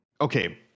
okay